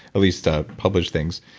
at least ah published things,